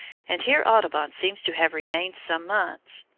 and here audubon seems to have remained some months.